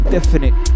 Definite